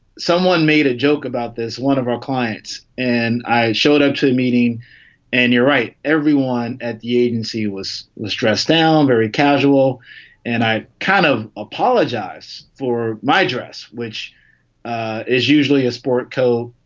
someone made a joke about this, one of our clients, and i showed up to the meeting and you're right. everyone at the agency was was dressed down very casual and i kind of apologize for my dress, which is usually a sport coat,